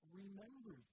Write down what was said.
remember